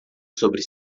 sobre